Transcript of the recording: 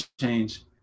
change